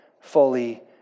fully